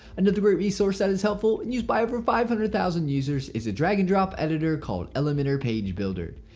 another great resource that is helpful and used by over five hundred thousand users is the drag and drop editor called elementor page builder.